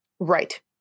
right